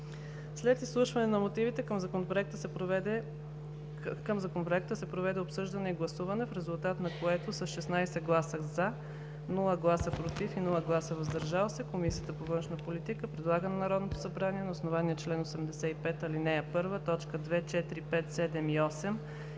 След изслушване на мотивите към Законопроекта се проведе обсъждане и гласуване, в резултат на което с 16 гласа „за“, без „против“ и „въздържали се“, Комисията по външна политика предлага на Народното събрание, на основание чл. 85, ал. 1, т.